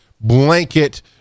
blanket